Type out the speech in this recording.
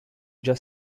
già